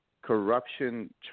Corruption